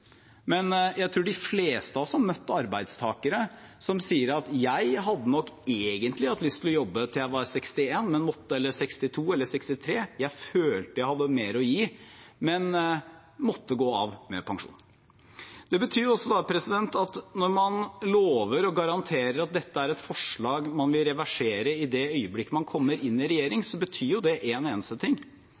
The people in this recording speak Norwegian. men jeg tror de fleste av oss har møtt arbeidstakere som sier: Jeg hadde nok egentlig hatt lyst til å jobbe til jeg var 61, 62 eller 63 år – jeg følte jeg hadde mer å gi, men måtte gå av med pensjon. Det betyr også at når man lover og garanterer at dette er et forslag man vil reversere i det øyeblikket man kommer inn i regjering, betyr det én eneste ting.